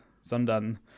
sondern